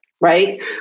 Right